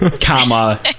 comma